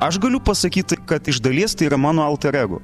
aš galiu pasakyt kad iš dalies tai yra mano alter ego